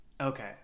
Okay